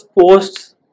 posts